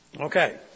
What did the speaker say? Okay